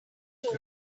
told